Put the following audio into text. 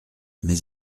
mais